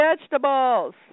vegetables